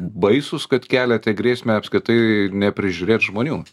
baisūs kad keliate grėsmę apskritai neprižiūrėt žmonių